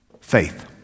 faith